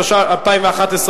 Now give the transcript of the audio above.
התשע"א 2011,